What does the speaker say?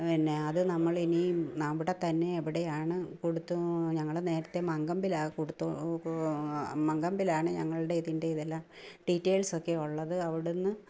പിന്നെ അതു നമ്മൾ ഇനിയും അവിടെ തന്നെ എവിടെയാണ് കൊടുത്തു ഞങ്ങൾ നേരത്തെ മാങ്കമ്പിലാണ് കൊടുത്ത മാങ്കമ്പിലാണ് ഞങ്ങളുടെ ഇതിൻ്റെ ഇതെല്ലാം ഡീറ്റെയിൽസ് ഒക്കെ ഉള്ളത് അവിടെ നിന്ന്